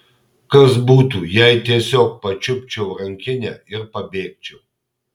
kas būtų jei tiesiog pačiupčiau rankinę ir pabėgčiau